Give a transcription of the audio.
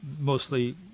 mostly